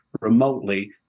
remotely